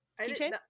Keychain